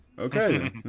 Okay